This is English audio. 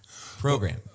program